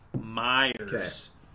Myers